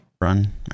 run